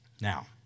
Now